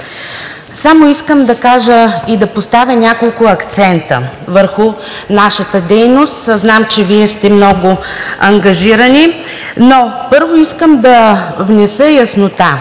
Само искам да кажа и да поставя няколко акцента върху нашата дейност. Знам, че Вие сте много ангажирани, но първо искам да внеса яснота.